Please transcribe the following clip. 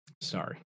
Sorry